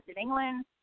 England